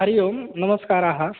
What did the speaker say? हरिः ओं नमस्काराः